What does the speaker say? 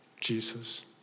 Jesus